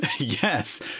Yes